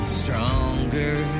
stronger